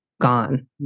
gone